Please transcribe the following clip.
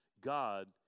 God